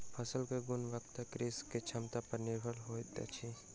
फसिल के गुणवत्ता कृषक के क्षमता पर निर्भर होइत अछि